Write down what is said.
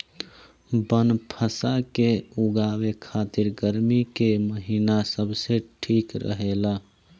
बनफशा के उगावे खातिर गर्मी के महिना सबसे ठीक रहेला